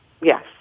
Yes